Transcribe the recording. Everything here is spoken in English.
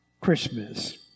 Christmas